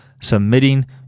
submitting